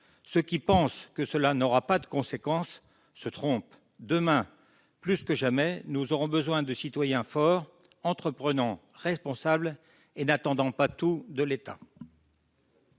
Ceux qui pensent que cela n'aura pas de conséquence se trompent. Demain plus que jamais, nous aurons besoin de citoyens forts, entreprenants, responsables et n'attendant pas tout de l'État.